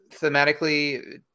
thematically